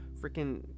freaking